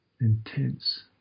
intense